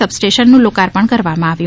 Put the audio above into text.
સબ સ્ટેશનનું લોકાર્પણ કરવામાં આવ્યું